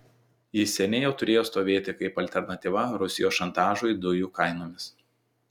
jis seniai jau turėjo stovėti kaip alternatyva rusijos šantažui dujų kainomis